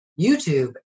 YouTube